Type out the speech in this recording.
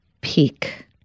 Peak